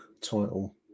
title